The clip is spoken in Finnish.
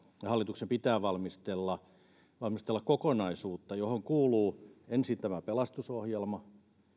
hallituksen pitää jo nyt valmistella kokonaisuutta johon kuuluu ensin tämä pelastusohjelma